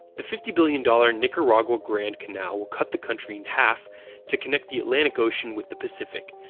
the fifty billion dollars nicaragua grand canal will cut the country in half to connect the atlantic ocean with the pacific,